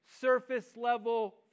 surface-level